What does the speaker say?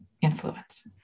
influence